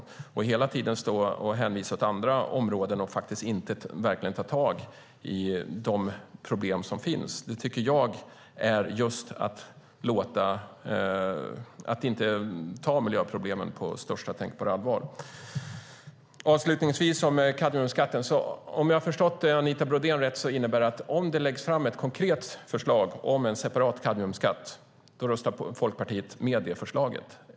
Man står hela tiden och hänvisar till andra områden utan att verkligen ta tag i de problem som finns. Det tycker jag innebär att man inte tar miljöproblemen på största tänkbara allvar. Avslutningsvis ska jag säga något om kadmiumskatten. Om jag har förstått Anita Brodén rätt innebär det att om det läggs fram ett konkret förslag om en separat kadmiumskatt röstar Folkpartiet på det förslaget.